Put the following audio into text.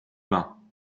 bains